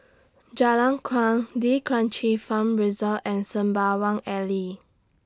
Jalan Kuang D'Kranji Farm Resort and Sembawang Alley